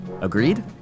Agreed